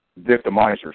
victimizers